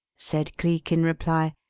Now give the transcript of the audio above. said cleek in reply.